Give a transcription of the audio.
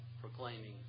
proclaiming